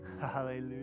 hallelujah